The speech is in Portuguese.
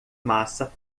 massa